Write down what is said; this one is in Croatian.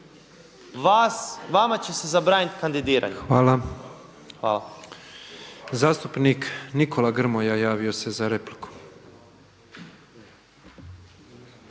vama će se zabraniti kandidiranje. Hvala. **Petrov, Božo (MOST)** Hvala. Zastupnik Nikola Grmoja javio se za repliku.